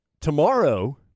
tomorrow